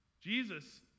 Jesus